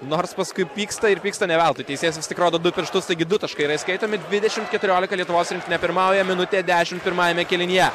nors paskui pyksta ir pyksta ne veltui teisėtas vis tik rodo du pirštus taigi du taškai yra įskaitomi dvidešimt keturiolika lietuvos rinktinė pirmauja minutė dešimt pirmajame kėlinyje